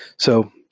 so,